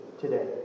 today